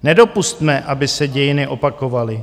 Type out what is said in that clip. Nedopusťme, aby se dějiny opakovaly.